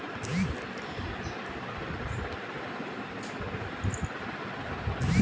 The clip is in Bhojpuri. प्रॉपर्टी में निवेश करे के बाद मिले वाला रीटर्न जादा रहला